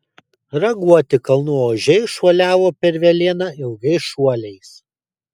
raguoti kalnų ožiai šuoliavo per velėną ilgais šuoliais